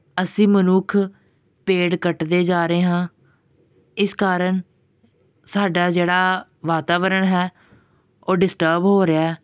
ਅਸੀਂ ਮਨੁੱਖ ਪੇੜ ਕੱਟਦੇ ਜਾ ਰਹੇ ਹਾਂ ਇਸ ਕਾਰਨ ਸਾਡਾ ਜਿਹੜਾ ਵਾਤਾਵਰਨ ਹੈ ਉਹ ਡਿਸਟਰਬ ਹੋ ਰਿਹਾ